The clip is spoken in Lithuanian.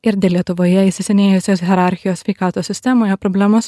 ir dėl lietuvoje įsisenėjusios hierarchijos sveikatos sistemoje problemas